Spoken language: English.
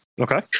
Okay